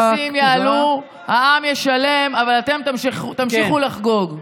אז המיסים יעלו, העם ישלם, אבל אתם תמשיכו לחגוג.